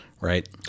right